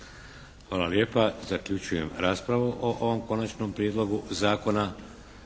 Hvala lijepa. Zaključujem raspravu o ovom Konačnom prijedlogu zakona.